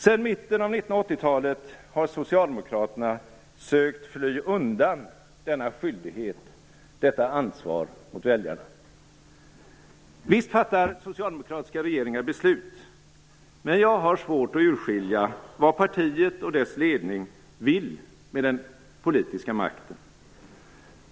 Sedan mitten av 1980-talet har Socialdemokraterna sökt fly undan denna skyldighet, detta ansvar mot väljarna. Visst fattar socialdemokratiska regeringar beslut, men jag har svårt att urskilja vad partiet och dess ledning vill med den politiska makten.